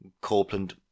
Copeland